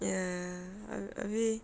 ya abeh